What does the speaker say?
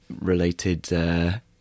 related